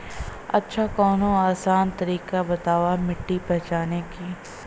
अच्छा कवनो आसान तरीका बतावा मिट्टी पहचाने की?